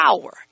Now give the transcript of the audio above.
power